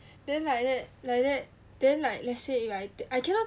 then like that like that then like let's say if I I cannot